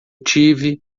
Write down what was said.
tive